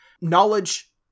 Knowledge